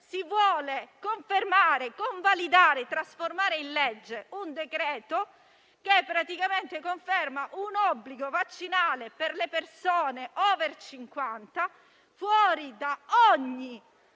si vuole confermare, convalidare e trasformare in legge un decreto che praticamente conferma un obbligo vaccinale per le persone over cinquanta, fuori da ogni